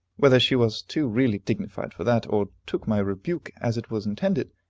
whether she was too really dignified for that, or took my rebuke as it was intended,